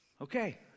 Okay